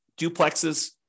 duplexes